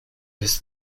his